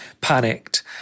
panicked